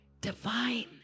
divine